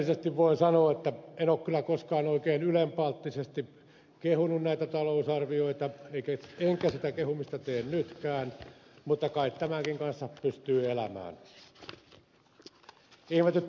rehellisesti voin sanoa että en ole kyllä koskaan oikein ylenpalttisesti kehunut näitä talousarvioita enkä sitä kehumista tee nytkään mutta kai tämänkin kanssa pystyy elämään